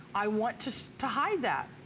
i want to to hide that.